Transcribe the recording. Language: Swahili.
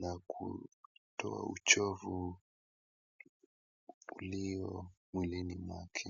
na kutoa uchovu ulio mwilini mwake.